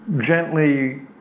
gently